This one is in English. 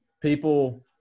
people